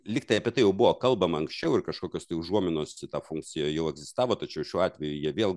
lygtai apie tai jau buvo kalbama anksčiau ir kažkokios tai užuominos į tą funkciją jau egzistavo tačiau šiuo atveju jie vėl